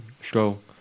Stroll